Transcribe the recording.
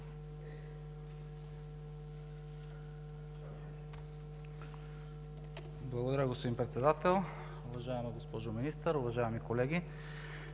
Благодаря, господин Председател. Уважаема госпожо Министър, уважаеми колеги!